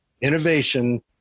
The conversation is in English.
innovation